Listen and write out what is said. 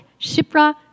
Shipra